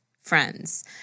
friends